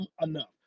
enough